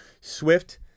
Swift